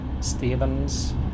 Stevens